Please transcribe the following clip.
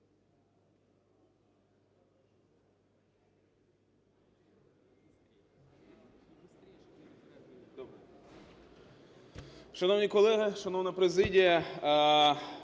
Шановні колеги, шановна президія,